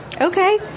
Okay